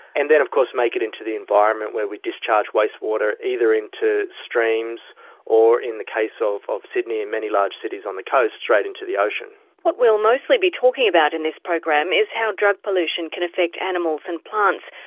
and then of course make it into the environment where we discharge waste water either into streams or in the case of of sydney and many large cities on the coast straight into the ocean. what we'll mostly be talking about in this program is how drug pollution can affect animals and plants,